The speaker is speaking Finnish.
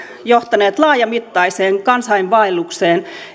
johtaneet laajamittaiseen kansainvaellukseen